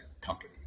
company